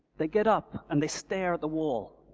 they get up and they stare at the wall,